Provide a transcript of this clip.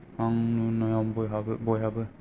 आं नुनायाव बयहाबो बयहाबो